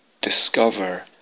discover